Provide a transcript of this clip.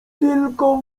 tylko